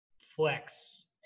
flex